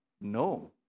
No